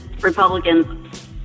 Republicans